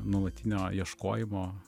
nuolatinio ieškojimo